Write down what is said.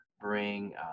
bring